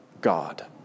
God